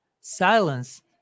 silence